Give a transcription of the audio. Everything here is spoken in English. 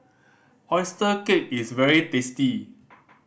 oyster cake is very tasty